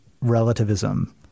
relativism